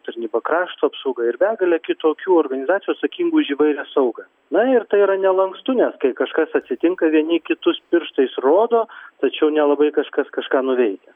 tarnyba krašto apsauga ir begalė kitokių organizacijų atsakingų už įvairią saugą na ir tai yra nelankstu nes kai kažkas atsitinka vieni į kitus pirštais rodo tačiau nelabai kažkas kažką nuveikia